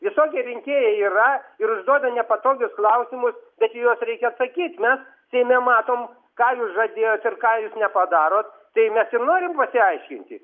visokie rinkėjai yra ir užduoda nepatogius klausimus bet į juos reikia atsakyt mes seime matom ką jūs žadėjot ir ką jūs nepadarot tai mes ir norim pasiaiškinti